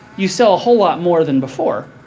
you sell a whole lot more than before.